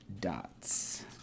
dots